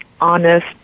honest